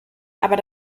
aber